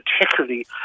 particularly